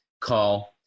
call